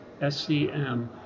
SCM